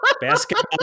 basketball